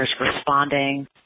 responding